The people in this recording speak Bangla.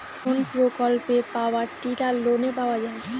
কোন প্রকল্পে পাওয়ার টিলার লোনে পাওয়া য়ায়?